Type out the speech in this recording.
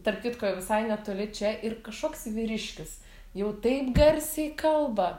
tarp kitko jau visai netoli čia ir kažoks vyriškis jau taip garsiai kalba